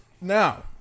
Now